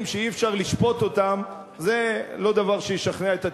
שאי-אפשר לשפוט אותם זה לא דבר שישכנע את הציבור.